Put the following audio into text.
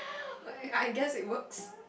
okay I guess it works